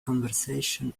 conversation